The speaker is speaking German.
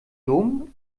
dom